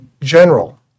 General